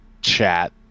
chat